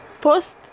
post